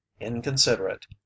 inconsiderate